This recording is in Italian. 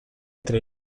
tre